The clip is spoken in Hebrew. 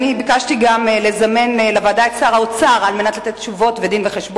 אני ביקשתי גם לזמן לוועדה את שר האוצר על מנת לתת תשובות ודין-וחשבון,